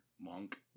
Monk